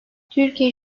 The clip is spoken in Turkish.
türkiye